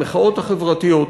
המחאות החברתיות,